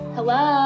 Hello